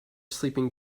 sleeping